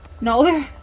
No